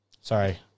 Sorry